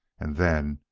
and then,